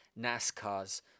nascars